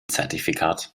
zertifikat